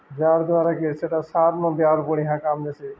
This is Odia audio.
ଯାର୍ଦ୍ଵାରାକି ସେଟା ସାର୍ନୁ ବି ଆର୍ ବଢ଼ିଆ କାମ୍ ଦେସି